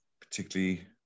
particularly